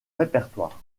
répertoire